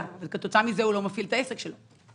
כתוצאה מזה הוא לא מפעיל את העסק שלו.